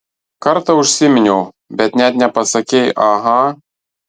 kartą užsiminiau bet net nepasakei aha